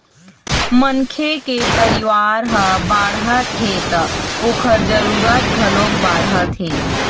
मनखे के परिवार ह बाढ़त हे त ओखर जरूरत घलोक बाढ़त हे